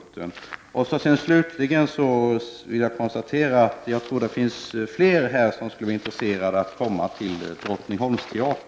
Slutligen vill jag säga att jag tror att flera här i kammaren skulle vara intresserade av att komma till Drottningholmsteatern.